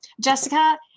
Jessica